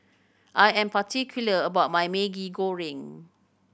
I am particular about my Maggi Goreng